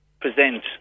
present